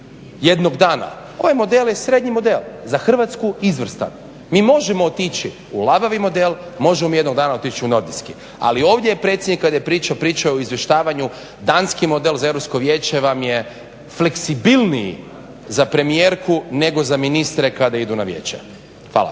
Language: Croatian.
jednog dana, ovaj model je srednji model. Za Hrvatsku izvrstan. Mi možemo otići u labavi model, možemo mi jednog dana otići u nordijski. Ali ovdje je predsjednik kada je pričao, pričao je o izvještavanju, danski model za europsko vijeće vam je fleksibilniji za premijerku nego za ministre kada idu na vijeća. Hvala.